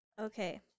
Okay